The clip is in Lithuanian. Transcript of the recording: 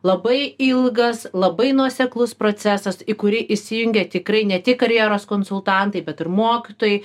labai ilgas labai nuoseklus procesas į kurį įsijungia tikrai ne tik karjeros konsultantai bet ir mokytojai